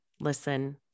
listen